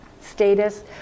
status